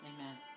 Amen